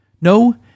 No